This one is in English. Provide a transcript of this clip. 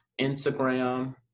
Instagram